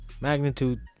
magnitude